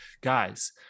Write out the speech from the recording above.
guys